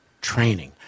training